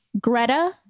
Greta